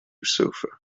sofa